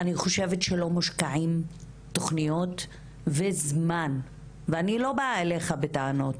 אני חושבת שלא מושקעים תוכניות וזמן ואני לא באה אליך בטענות,